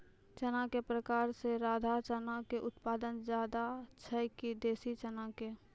चना के प्रकार मे राधा चना के उत्पादन ज्यादा छै कि देसी चना के?